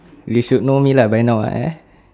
you should know me lah by now ah eh